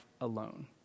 alone